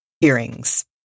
hearings